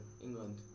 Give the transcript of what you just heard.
England